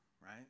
right